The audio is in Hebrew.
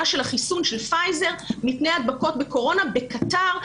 של החיסון של פייזר מפני דבקות בקורונה קטאר.